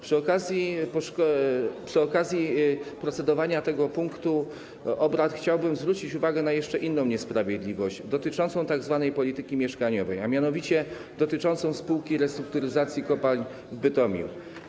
Przy okazji procedowania nad tym punktem obrad chciałbym zwrócić uwagę na jeszcze inną niesprawiedliwość, dotyczącą tzw. polityki mieszkaniowej, a mianowicie dotyczącą Spółki Restrukturyzacji Kopalń w Bytomiu.